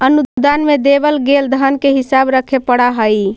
अनुदान में देवल गेल धन के हिसाब रखे पड़ा हई